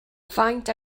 faint